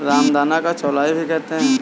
रामदाना को चौलाई भी कहते हैं